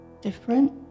different